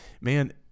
man